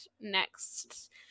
next